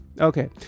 Okay